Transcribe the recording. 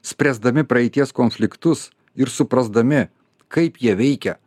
spręsdami praeities konfliktus ir suprasdami kaip jie veikia